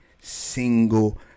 single